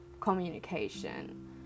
communication